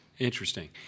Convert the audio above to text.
Interesting